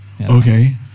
Okay